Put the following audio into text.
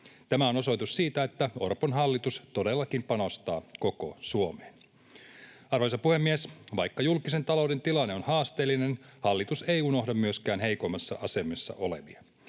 Tämä on osoitus siitä, että Orpon hallitus todellakin panostaa koko Suomeen. Arvoisa puhemies! Vaikka julkisen talouden tilanne on haasteellinen, hallitus ei unohda myöskään heikoimmassa asemassa olevia.